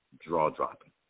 draw-dropping